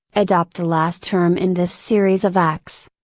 adopt the last term in this series of acts.